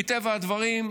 מטבע הדברים,